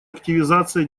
активизация